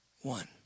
one